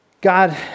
God